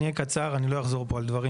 אני אהיה קצר ואני לא אחזור על דברים